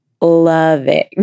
loving